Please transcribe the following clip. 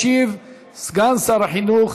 ישיב סגן שר החינוך